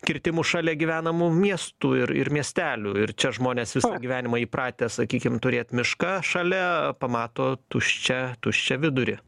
kirtimų šalia gyvenamų miestų ir ir miestelių ir čia žmonės visą gyvenimą įpratę sakykim turėt mišką šalia pamato tuščią tuščią vidurį